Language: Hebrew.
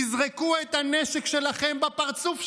תזרקו את הנשק שלכם בפרצוף שלהם.